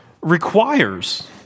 requires